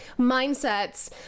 mindsets